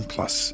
Plus